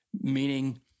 Meaning